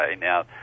Now